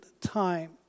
time